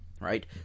right